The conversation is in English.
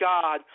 God